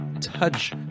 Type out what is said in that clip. touch